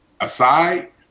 aside